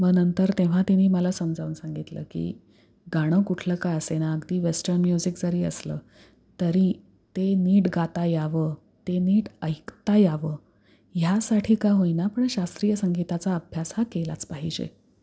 मग नंतर तेव्हा तिने मला समजावून सांगितलं की गाणं कुठलं का असेना अगदी वेस्टन म्युझिक जरी असलं तरी ते नीट गाता यावं ते नीट ऐकता यावं ह्यासाठी का होईना पण शास्त्रीय संगीताचा अभ्यास हा केलाच पाहिजे